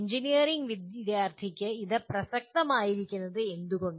engineering വിദ്യാർത്ഥിക്ക് ഇത് പ്രസക്തമായിരിക്കുന്നത് എന്തുകൊണ്ട്